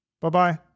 Bye-bye